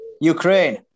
Ukraine